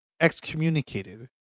excommunicated